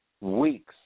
weeks